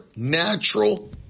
natural